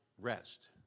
rest